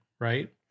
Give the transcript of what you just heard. right